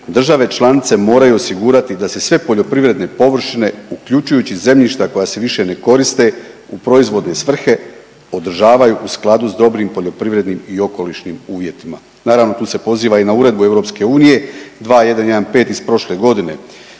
države članice moraju osigurati da se sve poljoprivredne površine uključujući i zemljišta koja se više ne koriste u proizvodne svrhe održavaju u skladu sa dobrim poljoprivrednim i okolišnim uvjetima. Naravno tu se poziva i na uredbu EU 2115 iz prošle godine.